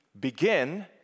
begin